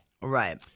right